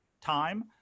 time